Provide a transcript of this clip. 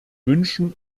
wünschen